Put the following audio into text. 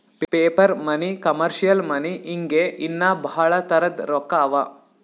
paper money, commercial money ಹಿಂಗೆ ಇನ್ನಾ ಭಾಳ್ ತರದ್ ರೊಕ್ಕಾ ಅವಾ